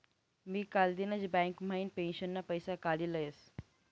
मी कालदिनच बँक म्हाइन पेंशनना पैसा काडी लयस